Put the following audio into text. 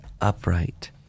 upright